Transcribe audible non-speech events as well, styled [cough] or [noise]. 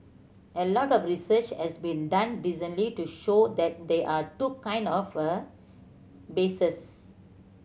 a lot of research has been done recently to show that there are two kinds of a [unintelligible]